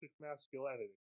masculinity